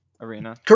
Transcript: Arena